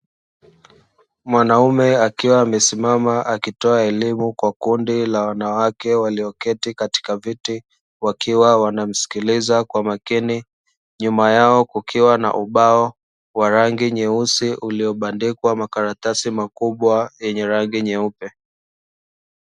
Mwanaume akiwa amesimama akitoa elimu kwa kundi la wanawake walioketi katika viti, wakiwa wanasikiliza kwa makini, nyuma yao kukiwa na ubao wa rangi nyeusi uliobandikwa makaratasi makubwa yenye rangi nyeupe.